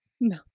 No